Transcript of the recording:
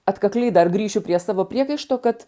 atkakliai dar grįšiu prie savo priekaišto kad